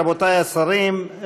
רבותי השרים,